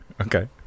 Okay